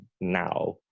now